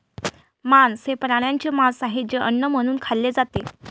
मांस हे प्राण्यांचे मांस आहे जे अन्न म्हणून खाल्ले जाते